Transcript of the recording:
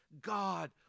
god